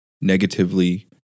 negatively